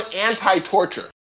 anti-torture